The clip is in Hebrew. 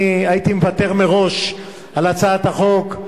אני הייתי מוותר מראש על הצעת החוק.